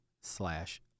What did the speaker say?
slash